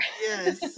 yes